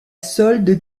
solde